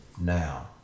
Now